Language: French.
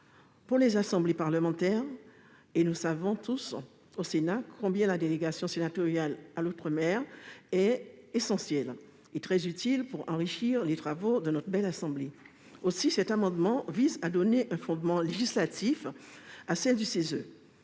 des assemblées parlementaires. Nous savons tous, au Sénat, combien la délégation sénatoriale à l'outre-mer est essentielle et utile pour enrichir les travaux de notre belle assemblée. Aussi, cet amendement vise à donner un fondement législatif aux délégations du CESE.